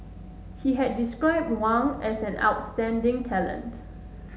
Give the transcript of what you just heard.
he had described Wang as an outstanding talent